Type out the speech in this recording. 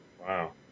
wow